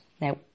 Now